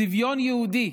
צביון יהודי